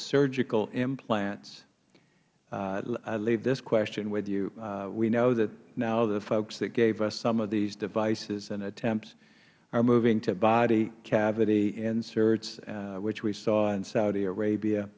surgical implants i leave this question with you we know that now the folks that gave us some of these devices and attempts are moving to body cavity inserts which we saw in saudi arabia